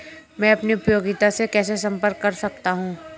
मैं अपनी उपयोगिता से कैसे संपर्क कर सकता हूँ?